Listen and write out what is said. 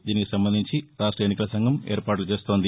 దీనికి సంబంధించి రాష్ట ఎన్నికల సంఘం ఏర్పాట్లు చేస్తోంది